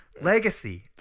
Legacy